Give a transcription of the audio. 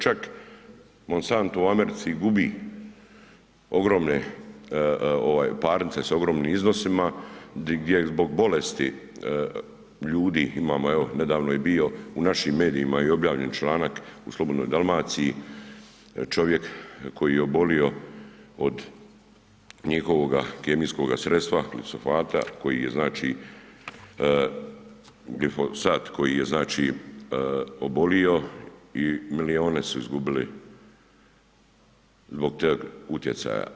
Čak Monsanto u Americi gubi ogromne parnice sa ogromnim iznosima gdje zbog bolesti ljudi imamo evo nedavno je bio u našim medijima i objavljen članak u Slobodnoj Dalmaciji čovjek koji je obolio od njihovoga kemijskoga sredstva glifosat koji je znači glifosat koji je znači obolio i milijune su izgubili zbog toga utjecaja.